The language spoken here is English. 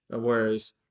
Whereas